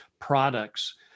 products